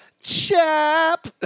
chap